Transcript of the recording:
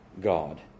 God